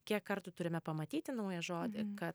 kiek kartų turime pamatyti naują žodį kad